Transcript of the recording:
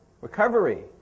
recovery